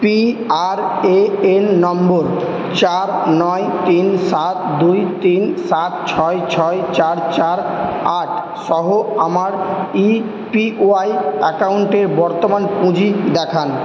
P R A N number চার নয় তিন সাত দুই তিন সাত ছয় ছয় চার চার আট সহ আমার ই পি ওয়াই অ্যাকাউন্টের বর্তমান পুঁজি দেখান